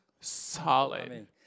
Solid